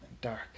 dark